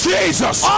Jesus